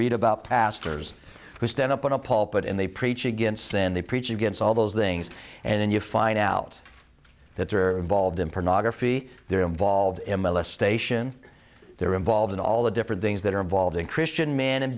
read about pastors who stand up in a pol pot and they preach against sin they preach against all those things and then you find out that they are involved in pornography they're involved m l s station they're involved in all the different things that are involved in christian man